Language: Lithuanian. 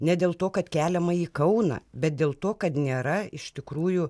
ne dėl to kad keliama į kauną bet dėl to kad nėra iš tikrųjų